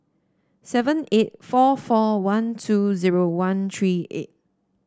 seven eight four four one two zero one three eight